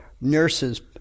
nurses